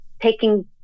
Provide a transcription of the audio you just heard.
Taking